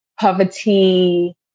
poverty